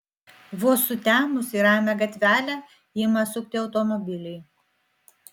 vos sutemus į ramią gatvelę ima sukti automobiliai